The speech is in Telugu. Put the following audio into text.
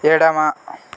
ఎడమ